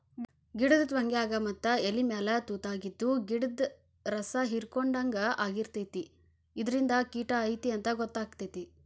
ಗಿಡದ ಟ್ವಂಗ್ಯಾಗ ಮತ್ತ ಎಲಿಮ್ಯಾಲ ತುತಾಗಿದ್ದು ಗಿಡ್ದ ರಸಾಹಿರ್ಕೊಡ್ಹಂಗ ಆಗಿರ್ತೈತಿ ಇದರಿಂದ ಕಿಟ ಐತಿ ಅಂತಾ ಗೊತ್ತಕೈತಿ